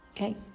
Okay